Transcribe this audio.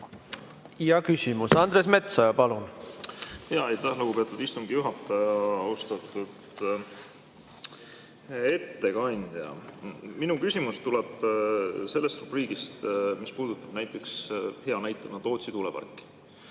Ja küsimus. Andres Metsoja, palun! Aitäh, lugupeetud istungi juhataja! Austatud ettekandja! Minu küsimus tuleb sellest rubriigist, mis puudutab hea näitena Tootsi tuuleparki.